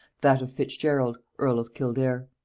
that of fitzgerald earl of kildare.